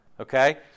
okay